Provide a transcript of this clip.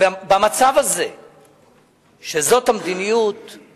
אני חושב שזאת מדיניות נכונה.